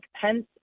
Pence